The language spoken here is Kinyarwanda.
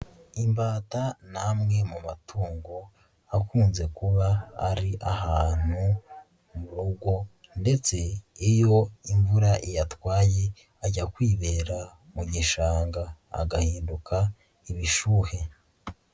Imbata n amwe mu matungo akunze kuba ari ahantu mu rugo ndetse, iyo imvura iyatwaye, ajya kwibera mu gishanga agahinduka ibishuhe.